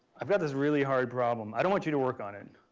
i've got this really hard problem. i don't want you to work on it,